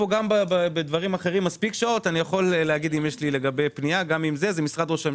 של הוועדה פניתי אליך בבקשה לקיים את הדיון הזה.